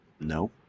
No